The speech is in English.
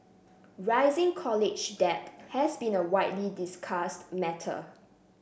rising college debt has been a widely discussed matter